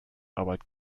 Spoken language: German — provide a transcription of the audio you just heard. arbeit